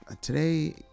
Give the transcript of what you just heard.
Today